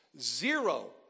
zero